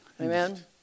Amen